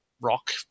rock